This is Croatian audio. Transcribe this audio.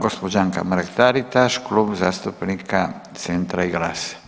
Gđa. Anka Mrak-Taritaš, Klub zastupnika Centra i GLAS-